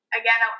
again